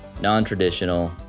non-traditional